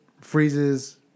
Freezes